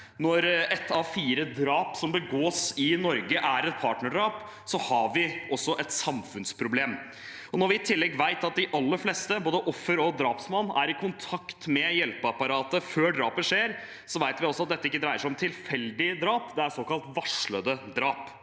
Når ett av fire drap som begås i Norge, er et partnerdrap, har vi også et samfunnsproblem. Når vi i tillegg vet at de aller fleste, både offer og drapsmann, er i kontakt med hjelpeapparatet før drapet skjer, vet vi også at dette ikke dreier seg om tilfeldige drap; det er såkalt varslede drap.